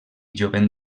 jovent